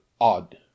odd